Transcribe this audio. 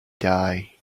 die